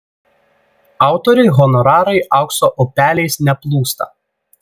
autoriui honorarai aukso upeliais neplūsta